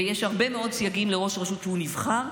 ויש הרבה מאוד סייגים לראש רשות כשהוא נבחר,